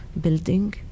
building